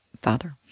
father